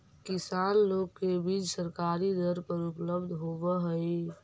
किसान लोग के बीज सरकारी दर पर उपलब्ध होवऽ हई